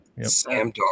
Sam